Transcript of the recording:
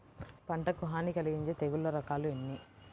పంటకు హాని కలిగించే తెగుళ్ల రకాలు ఎన్ని?